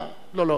לא,